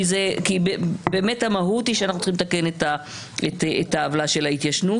כי באמת המהות היא שאנחנו צריכים לתקן את העוולה של ההתיישנות.